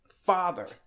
father